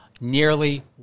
Nearly